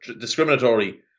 discriminatory